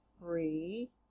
free